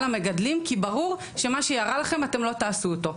למגדלים כי ברור שמה שירע לכם אתם לא תעשו אותו.